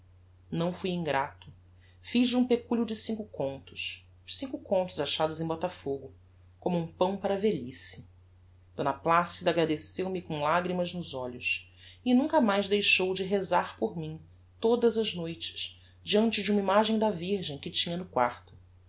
não fui ingrato fiz-lhe um peculio de cinco contos os cinco contos achados em botafogo como um pão para a velhice d placida agradeceu me com lagrimas nos olhos e nunca mais deixou de rezar por mim todas as noites deante de uma imagem da virgem que tinha no quarto